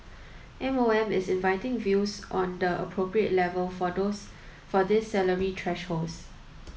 M O M is inviting views on the appropriate level for those for these salary thresholds